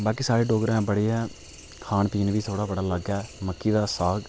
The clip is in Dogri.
बाकी साढे़ डोगरें दा खान पीन बी बड़ा लग्ग ऐ मक्की दा साग